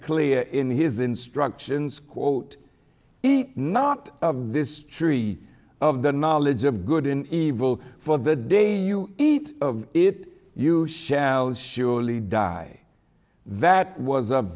clear in his instructions quote eat not of this tree of the knowledge of good in evil for the day you eat of it you shall surely die that was a